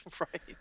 Right